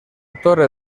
torre